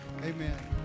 Amen